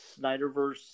Snyderverse